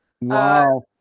Wow